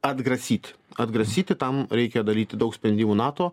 atgrasyt atgrasyti tam reikia daryti daug sprendimų nato